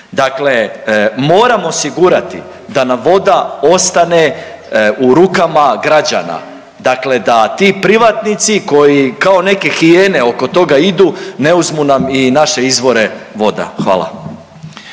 Dakle moramo osigurati da nam voda ostane u rukama građana, dakle da ti privatnici koji kao neke hijene oko toga idu ne uzmu nam i naše izvore voda, hvala.